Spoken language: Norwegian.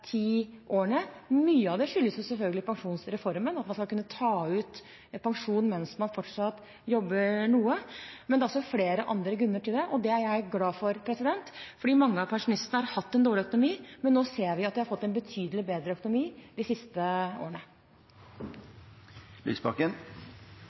ti årene. Mye av det skyldes selvfølgelig pensjonsreformen, at man skal kunne ta ut pensjon mens man fortsatt jobber noe, men det er også flere andre grunner til det. Det er jeg glad for, for mange av pensjonistene har hatt dårlig økonomi, men nå ser vi at de har fått betydelig bedre økonomi de siste årene.